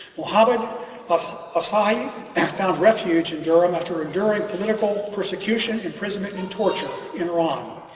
mohammad but afsahi and found refuge in durham after enduring political persecution, imprisonment and torture in iran.